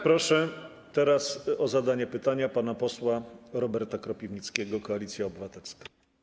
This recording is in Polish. Proszę teraz o zadanie pytania pana posła Roberta Kropiwnickiego, Koalicja Obywatelska.